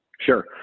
Sure